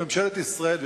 ממשלת ישראל,